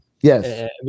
Yes